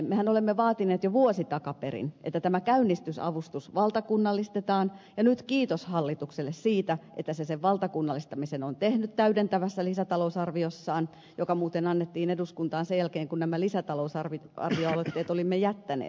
mehän olemme vaatineet jo vuosi takaperin että käynnistysavustus valtakunnallistetaan ja kiitos hallitukselle siitä että se on nyt sen valtakunnallistamisen tehnyt täydentävässä lisätalousarviossaan joka muuten annettiin eduskuntaan sen jälkeen kun olimme nämä lisätalousarvioaloitteet jättäneet